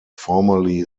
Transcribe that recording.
formerly